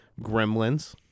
Gremlins